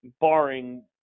barring